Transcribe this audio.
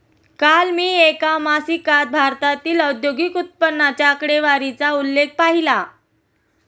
काल मी एका मासिकात भारतातील औद्योगिक उत्पन्नाच्या आकडेवारीचा आलेख पाहीला